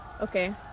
Okay